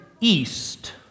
east